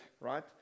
right